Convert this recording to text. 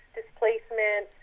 displacement